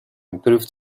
improved